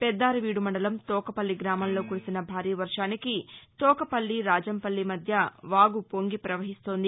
పెద్దారవీడు మండలం తోకపల్లి గ్రామంలో కురిసిన భారీ వర్వానికి తోకపల్లి రాజంపల్లి మధ్య వాగు పొంగి పవహిస్తోంది